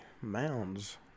mounds